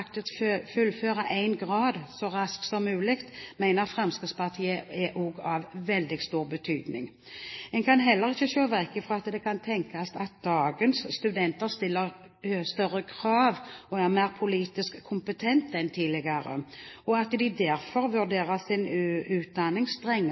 grad så raskt som mulig, mener Fremskrittspartiet også er av veldig stor betydning. En kan heller ikke se vekk fra at det kan tenkes at dagens studenter stiller større krav og er mer politisk kompetente enn tidligere, og at de derfor